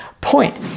point